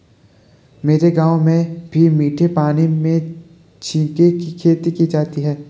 मेरे गांव में भी मीठे पानी में झींगे की खेती की जाती है